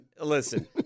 Listen